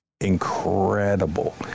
Incredible